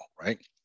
right